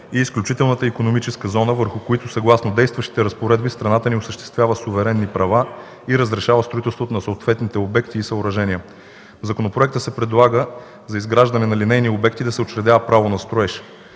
и изключителната икономическа зона, върху които съгласно действащите разпоредби страната ни осъществява суверенни права и разрешава строителството на съответните обекти и съоръжения. В законопроекта се предлага за изграждане на линейни обекти да се учредява право на строеж.